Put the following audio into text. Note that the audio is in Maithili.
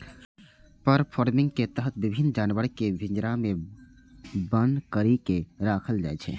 फर फार्मिंग के तहत विभिन्न जानवर कें पिंजरा मे बन्न करि के राखल जाइ छै